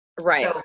Right